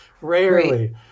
Rarely